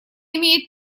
имеет